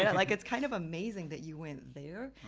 and like it's kind of amazing that you went there.